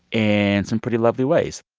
and some pretty lovely ways